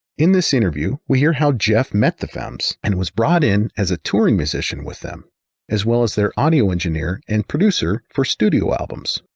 in this interview, we hear how jeff met the femmes and was brought in as a touring musician with them as well as their audio engineer and producer for studio albums.